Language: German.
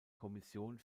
kommission